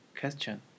question